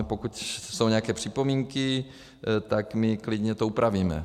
A pokud jsou nějaké připomínky, tak my to klidně upravíme.